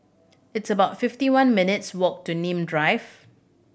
it's about fifty one minutes' walk to Nim Drive